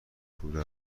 کوره